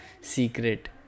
Secret